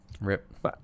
Rip